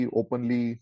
openly